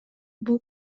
бул